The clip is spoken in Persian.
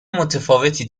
متفاوتی